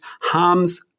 harms